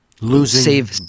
losing